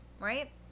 right